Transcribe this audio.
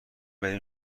بریم